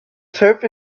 turf